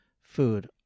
food